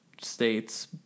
states